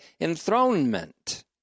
enthronement